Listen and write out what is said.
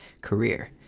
career